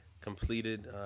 completed